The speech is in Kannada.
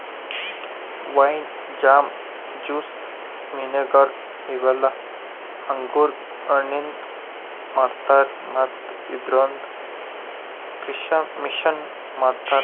ವೈನ್, ಜಾಮ್, ಜುಸ್ಸ್, ವಿನೆಗಾರ್ ಇವೆಲ್ಲ ಅಂಗುರ್ ಹಣ್ಣಿಂದ್ ಮಾಡ್ತಾರಾ ಮತ್ತ್ ಇದ್ರಿಂದ್ ಕೀಶಮಿಶನು ಮಾಡ್ತಾರಾ